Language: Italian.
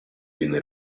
viene